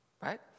right